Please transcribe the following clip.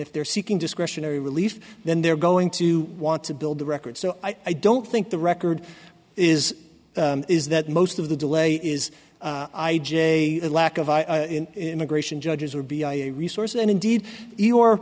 if they're seeking discretionary relief then they're going to want to build the record so i don't think the record is is that most of the delay is i just a lack of immigration judges would be a resource and indeed you are